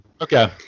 Okay